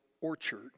orchard